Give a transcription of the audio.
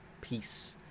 peace